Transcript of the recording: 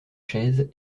chaise